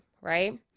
Right